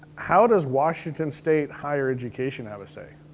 how does washington state higher education have a say?